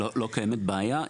לא קיימת בעיה.